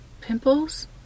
pimples